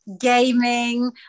gaming